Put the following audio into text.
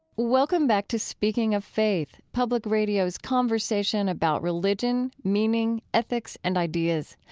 welcome back to speaking of faith, public radio's conversation about religion, meaning, ethics and ideas.